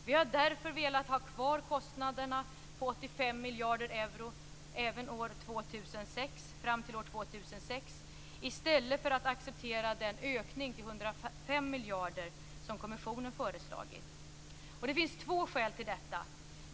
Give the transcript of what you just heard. Vi har därför velat ha kvar kostnaderna på 85 miljarder euro fram till år 2006 i stället för att acceptera den ökning till Det finns två skäl till detta.